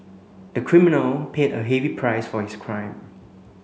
the criminal paid a heavy price for his crime